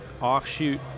offshoot